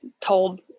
told